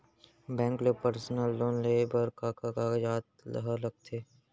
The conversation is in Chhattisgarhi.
बैंक ले पर्सनल लोन लेये बर का का कागजात ह लगथे?